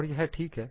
और यह ठीक है